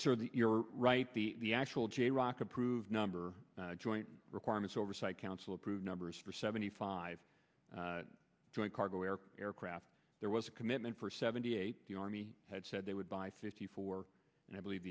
planes right the actual j rock approved number joint requirements oversight council approved numbers for seventy five joint cargo air aircraft there was a commitment for seventy eight the army had said they would buy fifty four and i believe